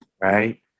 right